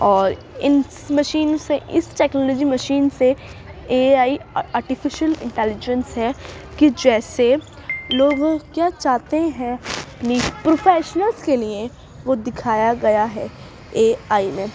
اور ان مشین سے اس ٹیکنالوجی مشین سے اے آئی آرٹیفیشیل انٹیلیجنس ہے کہ جیسے لوگوں کیا چاہتے ہیں پروفیشنل کے لیے وہ دکھایا گیا ہے اے آئی میں